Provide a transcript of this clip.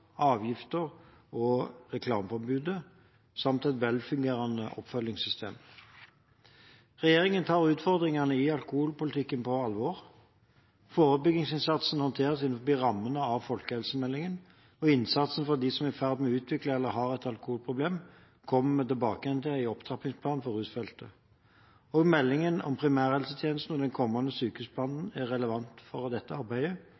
avgifter og reklameforbudet, samt et velfungerende oppfølgingssystem. Regjeringen tar utfordringene i alkoholpolitikken på alvor. Forebyggingsinnsatsen håndteres innenfor rammene av folkehelsemeldingen, og innsatsen for dem som er i ferd med å utvikle eller har et alkoholproblem, kommer vi tilbake til i opptrappingsplanen for rusfeltet. Også meldingen om primærhelsetjenesten og den kommende sykehusplanen er relevant for dette arbeidet,